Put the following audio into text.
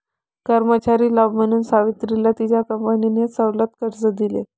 कर्मचारी लाभ म्हणून सावित्रीला तिच्या कंपनीने सवलत कर्ज दिले